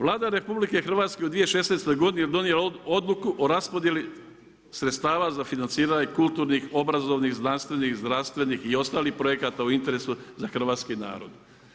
Vlada RH u 2016. godini donjela odluku o raspodjeli sredstava za financiranje kulturnih, obrazovnih, znanstvenih, zdravstvenih i ostalih projekata u interesu za hrvatski narod.